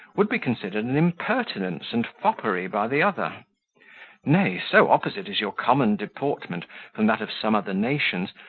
would be considered impertinence and foppery by the other nay, so opposite is your common deportment from that of some other nations,